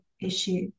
issue